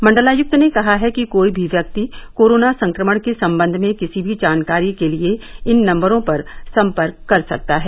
मंडलायुक्त ने कहा है कि कोई भी व्यक्ति कोरोना संक्रमण के संबंध में किसी भी जानकारी के लिए इन नम्बरों पर सम्पर्क कर सकता है